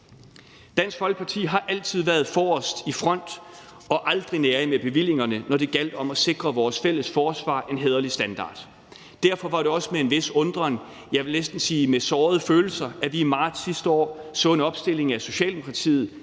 Dansk Folkeparti har altid været forrest i front og aldrig nærig med bevillingerne, når det gjaldt om at sikre vores fælles forsvar en hæderlig standard. Derfor var det også med en vis undren, jeg vil næsten sige med sårede følelser, at vi i marts sidste år så en opstilling af Socialdemokratiet,